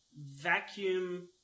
Vacuum